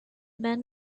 men